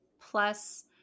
plus